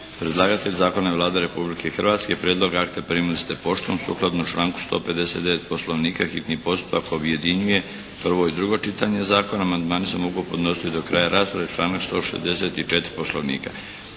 Predlagatelj zakona je Vlada Republike Hrvatske. Prijedlog akta primili ste poštom. Sukladno članku 159. Poslovnika hitni postupak objedinjuje prvo i drugo čitanje zakona. Amandmani se mogu podnositi do kraja rasprave, članak 164. Poslovnika.